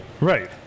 Right